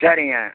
சரிங்க